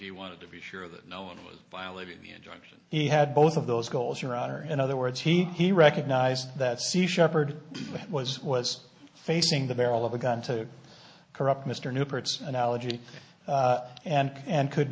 y wanted to be sure that he had both of those goals your honor in other words he he recognized that sea shepherd was was facing the barrel of a gun to corrupt mr new parts analogy and could